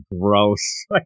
gross